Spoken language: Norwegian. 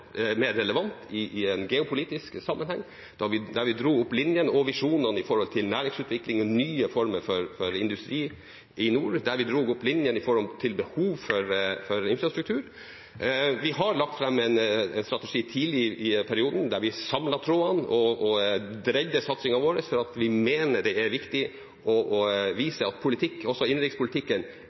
mer relevant i en geopolitisk sammenheng, der vi dro opp linjene og visjonene for næringsutvikling og nye former for industri i nord, og der vi dro opp linjene når det gjelder behovet for infrastruktur. Vi la fram en strategi tidlig i perioden, der vi samlet trådene og dreide satsingen vår, fordi vi mener det er viktig å vise at politikk – også innenrikspolitikken